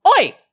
Oi